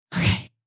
Okay